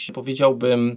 powiedziałbym